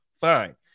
fine